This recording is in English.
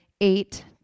eight